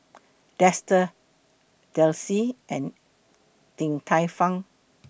Dester Delsey and Din Tai Fung